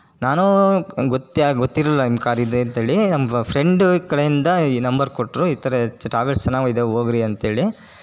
ನಾನು ಗ್ ಗೊತ್ತೇ ಗೊತ್ತಿರಲಿಲ್ಲ ನಿಮ್ಮ ಕಾರ್ ಇದೆ ಅಂತೇಳಿ ನಮ್ಮ ಫ್ರೆಂಡು ಕಡೆಯಿಂದ ಈ ನಂಬರ್ ಕೊಟ್ಟರು ಈ ಥರ ಟ್ರಾವೆಲ್ಸ್ ಚೆನ್ನಾಗಿದಾವೆ ಹೋಗ್ರಿ ಅಂತೇಳಿ